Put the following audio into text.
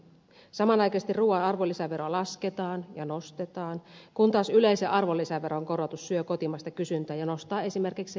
samanaikaisesti ruuan arvonlisäveroa lasketaan ja nostetaan kun taas yleisen arvonlisäveron korotus syö kotimaista kysyntää ja nostaa esimerkiksi lääkkeiden hintoja